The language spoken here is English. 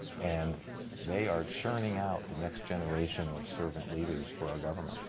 and they are turning out the next generation of servant leaders for our government.